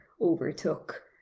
overtook